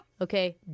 Okay